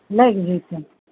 लगि जैतै